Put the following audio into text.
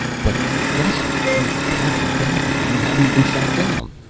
but gussy! you've hardly got here. you haven't even sat down.